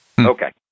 Okay